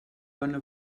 bona